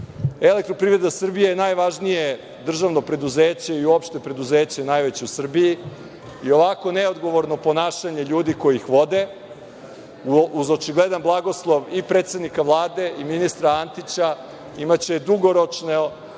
energiju. Elektroprivreda Srbije je najvažnije državno preduzeća i uopšte preduzeće u Srbiji i ovako neodgovorno ponašanje ljudi koji ih vode, uz očigledan blagoslov i predsednika Vlade i ministra Antića imaće dugoročno negativne